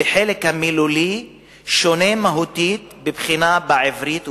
בחלק המילולי שונים מהותית בבחינות בעברית ובערבית.